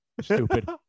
stupid